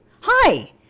hi